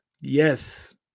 Yes